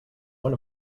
one